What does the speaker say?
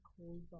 cold